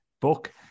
book